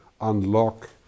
unlock